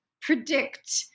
predict